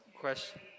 question